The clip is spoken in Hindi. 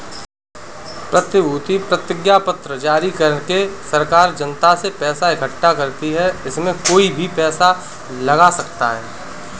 प्रतिभूति प्रतिज्ञापत्र जारी करके सरकार जनता से पैसा इकठ्ठा करती है, इसमें कोई भी पैसा लगा सकता है